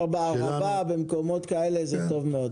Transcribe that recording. בערבה, במקומות כאלה זה טוב מאוד.